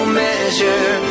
measure